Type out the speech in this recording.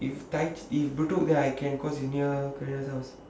if chai~ if bedok then I can cause it's near parents' house